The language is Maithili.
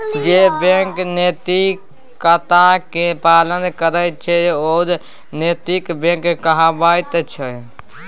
जे बैंक नैतिकताक पालन करैत छै ओ नैतिक बैंक कहाबैत छै